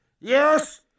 Yes